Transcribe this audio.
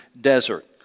desert